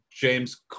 James